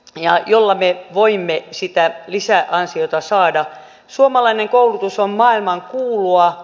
ja jolla ne voimme esittää lisää on syytä saada suomalainen koulutus on maailmankuulua